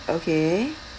okay